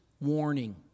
warning